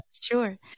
sure